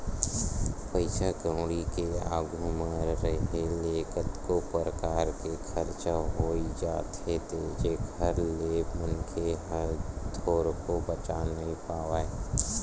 पइसा कउड़ी के आघू म रेहे ले कतको परकार के खरचा होई जाथे जेखर ले मनखे ह थोरको बचा नइ पावय